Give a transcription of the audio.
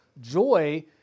Joy